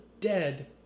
Dead